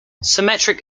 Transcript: symmetric